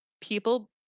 people